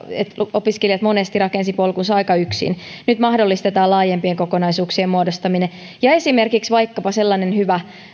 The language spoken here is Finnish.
opiskelijat monesti rakensivat polkunsa aika yksin nyt mahdollistetaan laajempien kokonaisuuksien muodostaminen ja tulee esimerkiksi vaikkapa sellainen hyvä